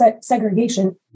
segregation